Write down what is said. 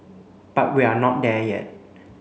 but we're not there yet